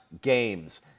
games